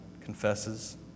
confesses